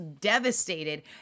devastated